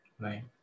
Right